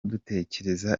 dutekereza